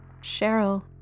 Cheryl